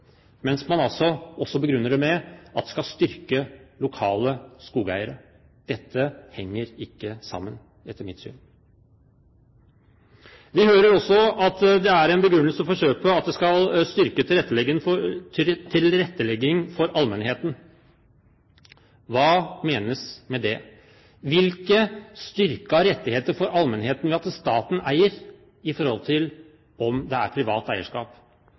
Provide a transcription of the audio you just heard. henger etter mitt syn ikke sammen. Vi hører også at en begrunnelse for kjøpet er at det skal styrke tilrettelegging for allmennheten. Hva menes med det? Hvilke styrkede rettigheter for allmennheten er det ved at staten er eier i forhold til at det er privat eierskap?